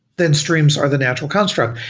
then streams are the natural construct.